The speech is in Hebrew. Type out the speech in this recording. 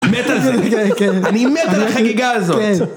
מת על זה, אני מת על החגיגה הזאת.